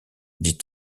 dit